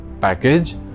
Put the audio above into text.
package